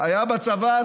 היה בצבא,